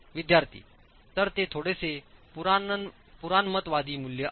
विद्यार्थी तर ते थोडेसे पुराणमतवादी मूल्य आहे